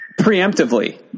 preemptively